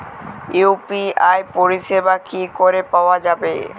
UPI পরিষেবা কি করে পাওয়া যাবে?